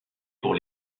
pour